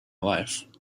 life